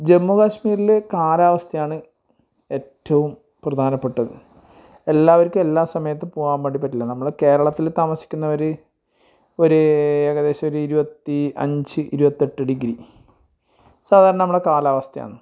ജമ്മു കാശ്മീരിൽ കാലാവസ്ഥയാണ് ഏറ്റവും പ്രധാനപ്പെട്ടത് എല്ലാവർക്കും എല്ലാ സമയത്തും പോവാൻ വേണ്ടി പറ്റില്ല നമ്മുടെ കേരളത്തിൽ താമസിക്കുന്നവർ ഒരു ഏകദേശമൊരു ഇരുപത്തി അഞ്ച് ഇരുപത്തെട്ട് ഡിഗ്രി സാധാരണ നമ്മുടെ കാലാവസ്ഥയാന്ന്